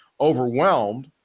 overwhelmed